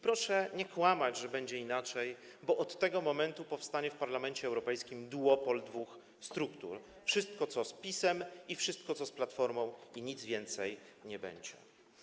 Proszę nie kłamać, że będzie inaczej, bo od tego momentu powstanie w Parlamencie Europejskim duopol, będą dwie struktury - wszystko co z PiS-em i wszystko co z Platformą, nic więcej nie będzie.